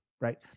right